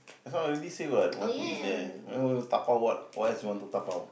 I thought I already say what want to eat there why would dabao what what else you want to dabao